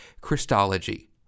Christology